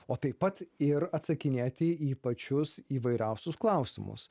o taip pat ir atsakinėti į pačius įvairiausius klausimus